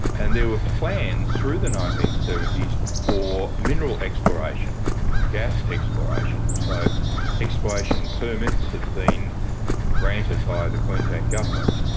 and there were plans through the nineteen seventy s for mineral exploration and gas exploration, so exploration permits had been granted by the queensland government,